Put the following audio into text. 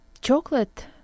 chocolate